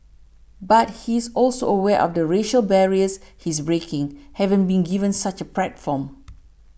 but he's also aware of the racial barriers he's breaking having been given such a platform